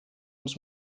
uns